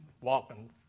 walking